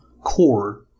core